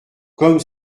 comme